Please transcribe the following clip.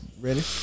ready